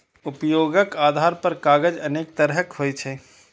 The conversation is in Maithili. उपयोगक आधार पर कागज अनेक तरहक होइ छै